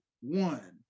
one